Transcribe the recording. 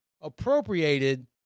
appropriated